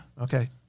Okay